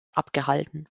abgehalten